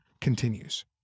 continues